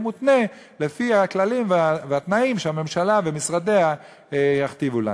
מותנה לפי הכללים והתנאים שהממשלה ומשרדיה יכתיבו לנו.